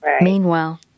meanwhile